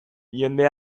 jende